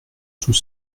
sous